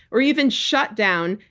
or even shut down,